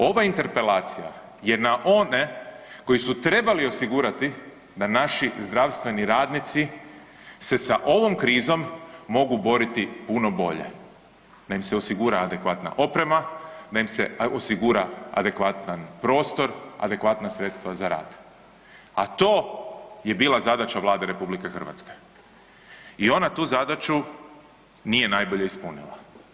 Ova interpelacija je na one koji su trebali osigurati da naši zdravstveni radnici se sa ovom krizom mogu boriti puno bolje, da im se osigura adekvatna oprema, da im se osigura adekvatan prostor, adekvatna sredstva za rad, a to je bila zadaća Vlade Republike Hrvatske i ona tu zadaću nije najbolje ispunila.